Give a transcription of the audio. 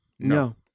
No